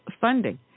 funding